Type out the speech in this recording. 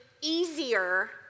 easier